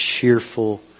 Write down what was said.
cheerful